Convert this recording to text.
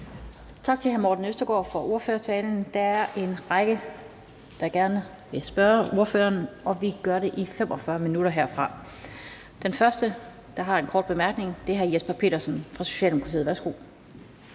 Tak til hr. Morten Østergaard for ordførertalen. Der er en række spørgere til ordføreren. Det bliver i 45 minutter fra nu. Den første, der har en kort bemærkning, er hr. Jesper Petersen fra Socialdemokratiet. Værsgo.